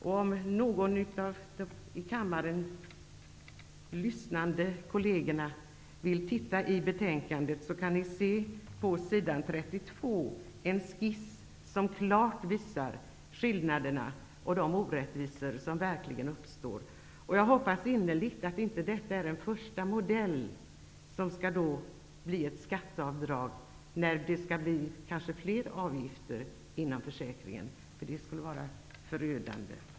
De här i kammaren lyssnande kolleger som vill titta i betänkandet finner på s. 32 en skiss som klart visar på de skillnader och orättvisor som uppstår. Jag hoppas innerligt att inte denna första modell, som handlar om ett skatteavdrag, skall gälla -- det blir ju kanske fler avgifter inom försäkringen -- för det skulle vara förödande.